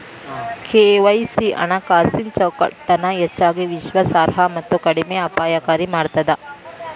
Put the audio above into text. KYC ಹಣಕಾಸಿನ್ ಚೌಕಟ್ಟನ ಹೆಚ್ಚಗಿ ವಿಶ್ವಾಸಾರ್ಹ ಮತ್ತ ಕಡಿಮೆ ಅಪಾಯಕಾರಿ ಮಾಡ್ತದ